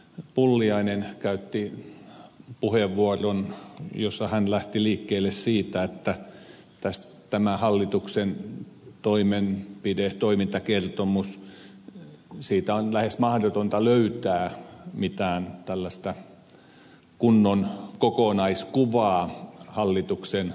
pulliainen käytti puheenvuoron jossa hän lähti liikkeelle siitä että tästä hallituksen toimintakertomuksesta on lähes mahdotonta löytää mitään kunnon kokonaiskuvaa hallituksen toiminnasta